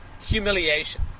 humiliation